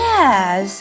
Yes